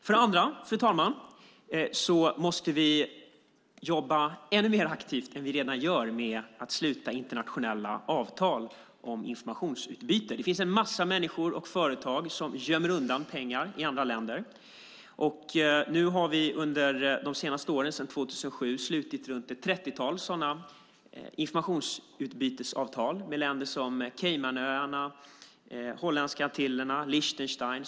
För det andra måste vi jobba ännu mer aktivt än vi redan gör med att sluta internationella avtal om informationsutbyte. Det finns en massa människor och företag som gömmer undan pengar i andra länder. Vi har under de senaste åren, sedan 2007, slutit ett trettiotal sådana informationsutbytesavtal med länder som Caymanöarna, Holländska Antillerna och Liechtenstein.